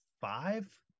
five